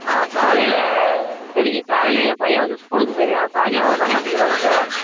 ஆ காலையில் சரிங்க காலையில் என் பையன் வந்து ஸ்கூலுக்குப் போயிருவான் சாயங்காலம் வந்தால் மாற்றிக்கிறவாங்க